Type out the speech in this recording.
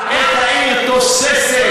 את העיר תוססת,